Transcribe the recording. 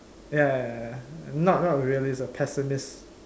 ya not not really a pessimist